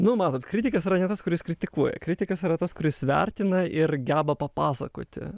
nu matot kritikas yra ne tas kuris kritikuoja kritikas yra tas kuris vertina ir geba papasakoti